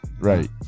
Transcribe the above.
Right